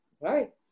Right